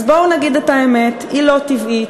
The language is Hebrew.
אז בואו נגיד את האמת: היא לא טבעית,